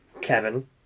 Kevin